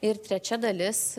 ir trečia dalis